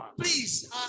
Please